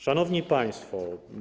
Szanowni Państwo!